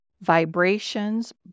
vibrations